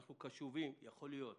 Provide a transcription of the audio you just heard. אנחנו קשובים יכול להיות